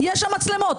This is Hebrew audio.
יש שם מצלמות.